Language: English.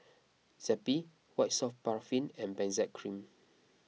Zappy White Soft Paraffin and Benzac Cream